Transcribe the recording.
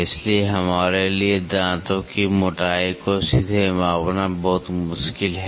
इसलिए हमारे लिए दांतों की मोटाई को सीधे मापना बहुत मुश्किल है